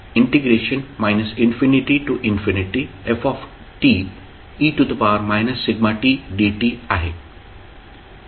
e t dt आहे आणि integration मर्यादित असावे